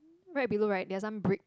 right below right there are some brick